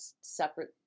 separate